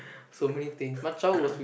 so many things my childhood was w~